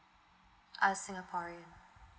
uh singaporean